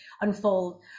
unfold